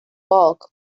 bulk